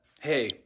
hey